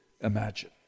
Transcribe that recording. imagine